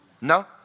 No